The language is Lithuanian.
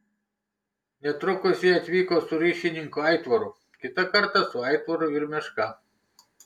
netrukus ji atvyko su ryšininku aitvaru kitą kartą su aitvaru ir meška